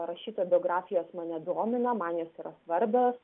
rašytojo biografijos mane domina man jos yra svarbios